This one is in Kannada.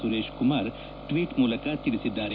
ಸುರೇಶ್ ಕುಮಾರ್ ಟ್ವೀಟ್ ಮೂಲಕ ತಿಳಿಸಿದ್ದಾರೆ